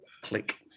click